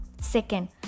Second